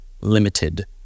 limited